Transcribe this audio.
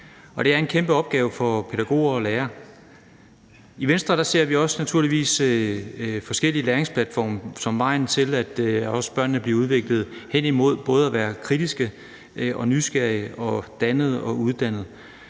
det er en kæmpe opgave for pædagoger og lærere. I Venstre ser vi naturligvis også forskellige læringsplatforme som vejen til, at børnene bliver udviklet hen imod både at være kritiske, nysgerrige, dannede og uddannede,